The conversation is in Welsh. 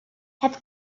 heb